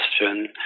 question